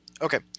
Okay